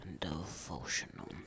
devotional